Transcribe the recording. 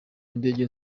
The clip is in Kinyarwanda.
indege